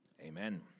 amen